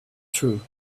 through